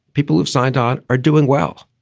people who've signed on are doing well.